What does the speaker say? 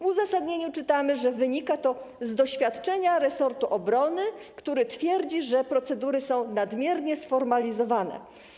W uzasadnieniu czytamy, że wynika to z doświadczenia resortu obrony, który twierdzi, że procedury są nadmiernie sformalizowane.